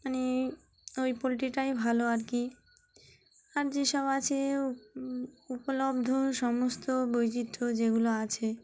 মানে ওই পোলট্রিটাই ভালো আর কি আর যেসব আছে উপলব্ধ সমস্ত বৈচিত্র্য যেগুলো আছে